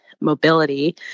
mobility